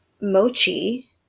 mochi